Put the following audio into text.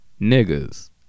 niggas